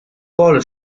paul